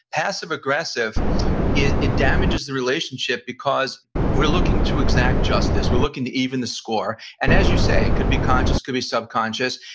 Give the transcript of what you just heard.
passive aggressive it it damages the relationship because we're looking to exact justice, we're looking to even the score. and as you say it could be conscious, it could be subconscious,